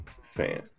fan